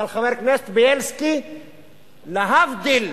אבל, חבר הכנסת בילסקי, להבדיל,